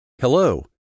Hello